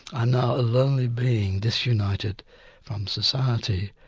ah now a lonely being, disunited from society.